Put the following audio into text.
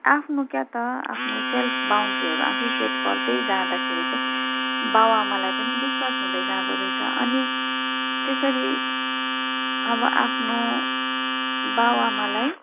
आफ्नो क्या त आफ्नो सेल्फ बाउन्ड्रीहरू आफै सेट गर्दै जाँदाखेरि चाहिँ बाउ आमालाई पनि विश्वास हुँदै जाँदोरहेछ अनि त्यसरी अब आफ्नो बाउ आमालाई